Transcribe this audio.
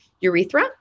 urethra